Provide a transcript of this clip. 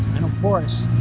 and of course,